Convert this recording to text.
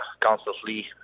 constantly